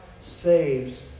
saves